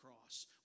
cross